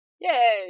Yay